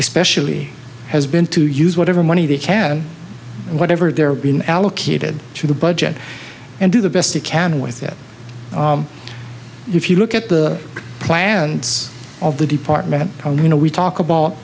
especially has been to use whatever money they can whatever they're been allocated to the budget and do the best you can with it and if you look at the plants of the department you know we talk about